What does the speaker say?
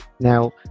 Now